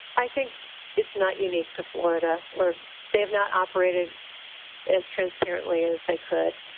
i think it's not unique to florida, where they have not operated as transparently as they could,